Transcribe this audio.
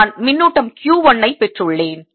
எனவே நான் மின்னூட்டம் Q 1 ஐ பெற்றுள்ளேன்